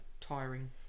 Tiring